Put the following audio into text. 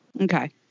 Okay